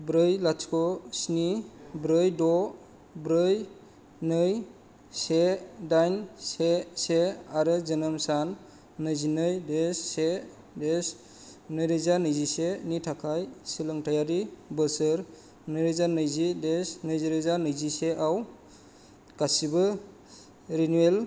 ब्रै लाथिख' स्नि ब्रै द ब्रै नै से दाइन से से आरो जोनोम सान नैजिनै देस से देस नैरोजा नैजिसेनि थाखाय सोलोंथाइयारि बोसोर नैरोजा नैजि देस नैरोजा नैजिसेआव गासैबो रिनिवेल